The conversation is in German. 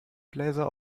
bläser